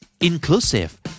Inclusive